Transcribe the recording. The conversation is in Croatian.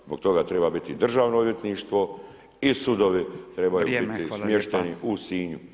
Zbog toga treba biti državno odvjetništvo i sudovi trebaju biti smješteni u Sinju.